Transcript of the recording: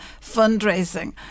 fundraising